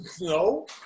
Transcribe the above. no